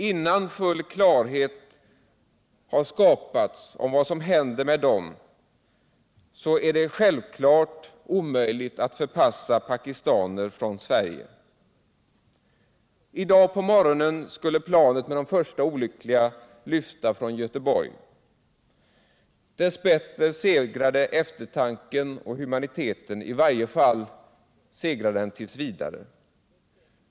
Innan full klarhet har skapats om vad som hänt med handläggning av dem är det självklart omöjligt att förpassa pakistaner från Sverige. vissa förpassnings I dag på morgonen skulle planet med de första olyckliga lyfta från — ärenden Göteborg. Dess bättre segrade eftertanken och humaniteten, i varje fall tills vidare.